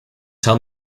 tell